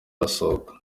arasohoka